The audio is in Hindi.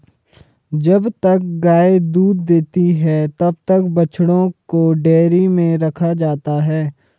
जब तक गाय दूध देती है तब तक बछड़ों को डेयरी में रखा जाता है